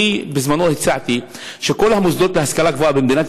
בזמנו הצעתי שכל המוסדות להשכלה גבוהה במדינת